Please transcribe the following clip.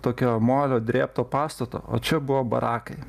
tokio molio drėbto pastato o čia buvo barakai